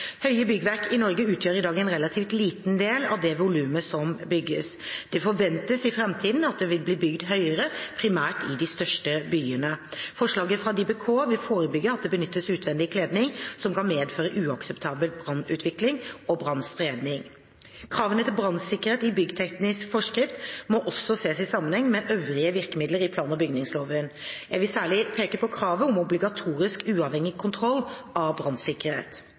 Høye byggverk i Norge utgjør i dag en relativt liten del av det volumet som bygges. Det forventes i framtiden at det vil bli bygd høyere, primært i de største byene. Forslaget fra DiBK vil forebygge at det benyttes utvendig kledning som kan medføre uakseptabel brannutvikling og brannspredning. Kravene til brannsikkerhet i byggteknisk forskrift må også ses i sammenheng med øvrige virkemidler i plan- og bygningsloven. Jeg vil særlig peke på kravet om obligatorisk uavhengig kontroll av brannsikkerhet.